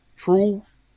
Truth